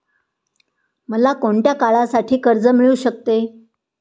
मला कोणत्या काळासाठी कर्ज मिळू शकते?